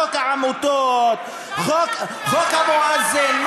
חוק העמותות, חוק המואזין.